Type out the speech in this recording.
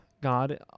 god